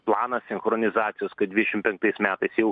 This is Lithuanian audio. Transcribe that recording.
planas sinchronizacijos kad dvidešim penktais metais jau